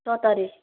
ଛଅ ତାରିଖ୍